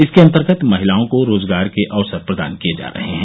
इसके अन्तर्गत महिलाओं को रोजगार के अवसर प्रदान किये जा रहे हैं